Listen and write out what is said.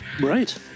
right